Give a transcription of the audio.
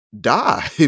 die